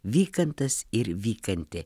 vykantas ir vykantė